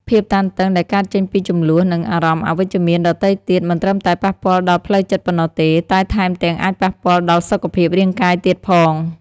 ភាពតានតឹងដែលកើតចេញពីជម្លោះ និងអារម្មណ៍អវិជ្ជមានដទៃទៀត មិនត្រឹមតែប៉ះពាល់ដល់ផ្លូវចិត្តប៉ុណ្ណោះទេ តែថែមទាំងអាចប៉ះពាល់ដល់សុខភាពរាងកាយទៀតផង។